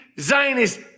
Zionist